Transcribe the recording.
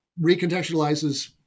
recontextualizes